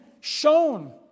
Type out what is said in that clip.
shown